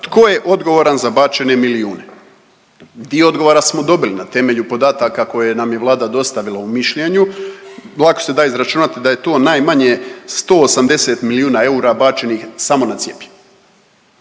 Tko je odgovoran za bačene milijune? Dio odgovora smo dobili na temelju podataka koje nam je Vlada dostavila u mišljenju. Lako se da izračunati da je to najmanje 180 milijuna eura bačenih samo na cjepivo.